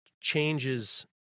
changes